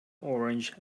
orange